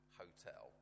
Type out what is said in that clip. hotel